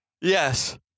Yes